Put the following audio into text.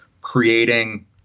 creating